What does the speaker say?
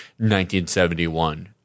1971